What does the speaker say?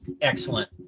excellent